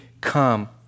come